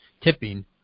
tipping